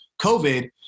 COVID